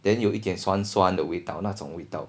then 有一点酸酸的味道那种味道